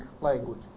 language